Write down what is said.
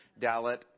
Dalit